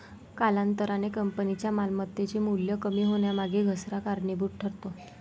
कालांतराने कंपनीच्या मालमत्तेचे मूल्य कमी होण्यामागे घसारा कारणीभूत ठरतो